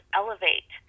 elevate